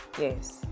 yes